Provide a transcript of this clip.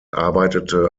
arbeitete